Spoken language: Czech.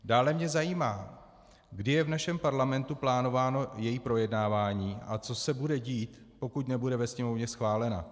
Dále mě zajímá, kdy je v našem Parlamentu plánováno její projednávání a co se bude dít, pokud nebude ve Sněmovně schválena.